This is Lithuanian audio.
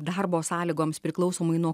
darbo sąlygoms priklausomai nuo